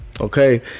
okay